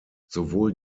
sowohl